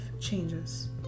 changes